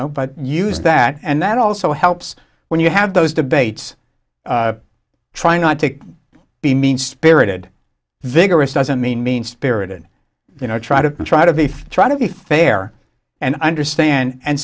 know but use that and that also helps when you have those debates trying not to be mean spirited vigorous doesn't mean mean spirited you know try to try to beef try to be fair and i understand and